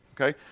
Okay